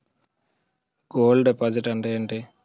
Gold deposit అంతే ఎంటి?